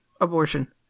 Abortion